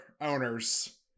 owners